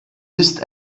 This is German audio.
ist